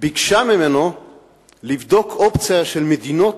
ביקשה ממנו לבדוק אופציה של מדינות